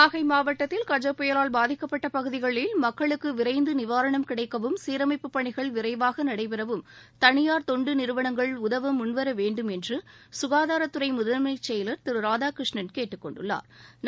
நாகை மாவட்டத்தில் கஜ புயலால் பாதிக்கப்பட்ட பகுதிகளில் மக்களுக்கு விரைந்து நிவாரணம் கிடைக்கவும் சீரமைப்புப் பணிகள் விரைவாக நடைபெறவும் தனியார் தொண்டு நிறுவனங்கள் உதவ வேண்டும் என்று ககாதாரத்துறை முதன்மை செயலா் திரு ராதாகிருஷ்ணன் கேட்டுக்கொண்டுள்ளாா்